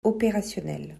opérationnelle